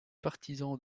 partisans